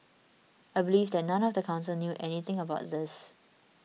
I believe that none of the council knew anything about this